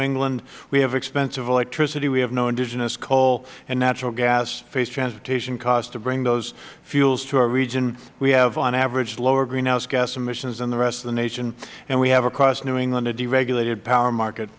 england we have expensive electricity we have no indigenous coal and natural gas face transportation costs to bring those fuels to our region we have on average lower greenhouse gas emissions than the rest of the nation and we have across new england a deregulated power market